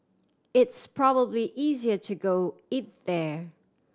it's probably easier to go eat there